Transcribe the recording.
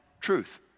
truth